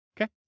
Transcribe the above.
Okay